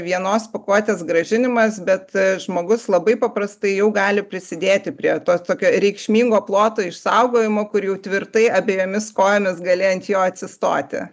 vienos pakuotės grąžinimas bet žmogus labai paprastai jau gali prisidėti prie to tokio reikšmingo ploto išsaugojimo kur jau tvirtai abejomis kojomis gali ant jo atsistoti